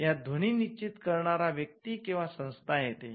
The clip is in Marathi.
यात ध्वनी निश्चित करणारा व्यक्ती किंवा संस्था येते